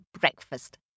breakfast